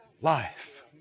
Life